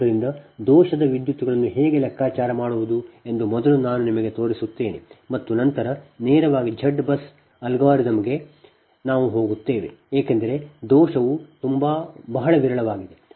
ಆದ್ದರಿಂದ ದೋಷದ ವಿದ್ಯುತ್ಗಳನ್ನು ಹೇಗೆ ಲೆಕ್ಕಾಚಾರ ಮಾಡುವುದು ಎಂದು ಮೊದಲು ನಾನು ನಿಮಗೆ ತೋರಿಸುತ್ತೇನೆ ನಂತರ ಮತ್ತು ನೇರವಾಗಿ z ಬಸ್ ಕಟ್ಟಡ ಅಲ್ಗಾರಿದಮ್ಗೆ ನಾವು ಹೋಗುತ್ತೇವೆ ಏಕೆಂದರೆ ಈ ದೋಷವು ಬಹಳ ವಿರಳವಾಗಿದೆ